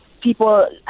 people